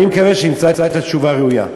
אני מקווה שהוא ימצא את התשובה הראויה.